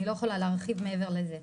אני לא יכולה להרחיב מעבר לזה.